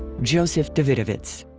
joseph davidovits